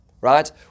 right